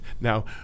now